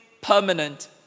permanent